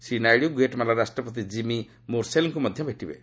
Shri Naidu Guatemala ରାଷ୍ଟ୍ରପତି Jimmy ମୋରେଲ୍ସଙ୍କୁ ମଧ୍ୟ ଭେଟିବେ